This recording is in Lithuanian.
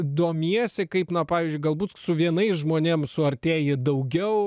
domiesi kaip na pavyzdžiui galbūt su vienais žmonėm suartėji daugiau